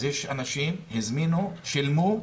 אז יש אנשים שהזמינו, שילמו,